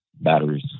batteries